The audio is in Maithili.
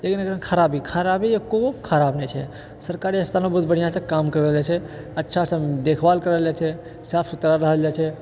लेकिन एकर खराबी खराबी एकोगो खराब नहि छै सरकारी अस्पतालमे बहुत बढ़िआँसँ काम करवाएल जाइत छै अच्छासँ देखभाल करल जाइत छै साफ सुथरा रहल जाइत छै